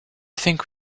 think